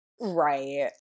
Right